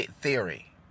theory